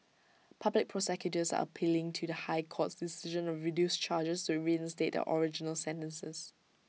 public prosecutors are pealing to the high court's decision of reduced charges to reinstate their original sentences